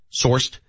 sourced